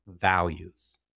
Values